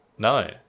No